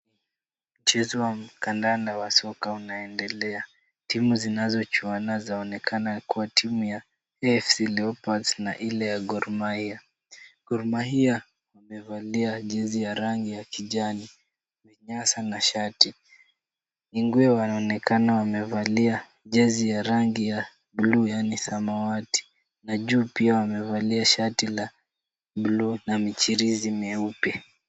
Mchezo wa kandanda wa soka unaendelea. Timu zinazochuana zaonekana kuwa timu ya AFC Leopards na ile ya Gor Mahia. Gor Mahia wamevalia jezi ya rangi ya kijani, vinyasa na shati. Ingwe wanaonekana wamevalia jezi ya rangi ya bluu yaani samawati na juu pia wamevalia shati la bluu na michirizi meupe.